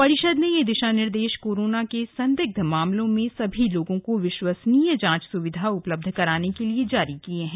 परिषद ने ये दिशा निर्देश कोरोना के संदिग्ध मामलों में सभी लोगों को विश्वसनीय जांच स्विधा उपलब्ध कराने के लिए जारी किए हैं